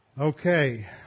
Okay